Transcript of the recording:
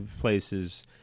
places